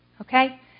okay